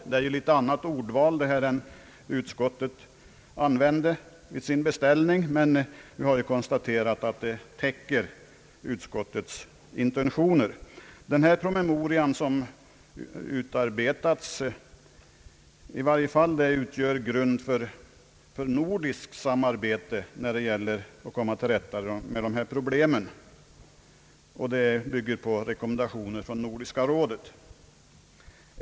Detta är ett något annat ordval än utskottet använde vid sin beställning, men vi har konstaterat att det täcker utskottets intentioner. Den promemoria som utarbetats utgör grund för nordiskt samarbete när det gäller att komma till rätta med dessa problem och bygger på rekommendationer från Nordiska rådet.